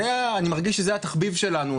אני מרגיש שזה התחביב שלנו,